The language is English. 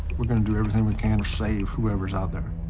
we're gonna do everything we can to save whoever's out there.